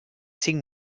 cinc